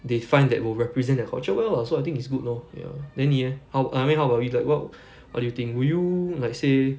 they find that will represent their culture well lah so I think it's good lor ya then 你 leh ho~ I mean how about you like what what do you think will you like say